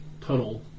tunnel